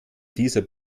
dieser